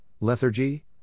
lethargy